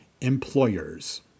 employers